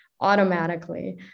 automatically